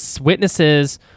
witnesses